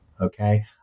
Okay